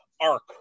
arc